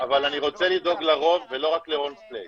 אבל אני רוצה לדאוג לרוב ולא רק להולמס פלייס.